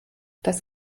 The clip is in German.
das